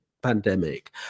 pandemic